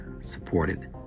supported